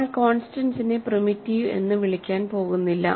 നമ്മൾ കോൺസ്റ്റന്റ്സിനെ പ്രിമിറ്റീവ് എന്ന് വിളിക്കാൻ പോകുന്നില്ല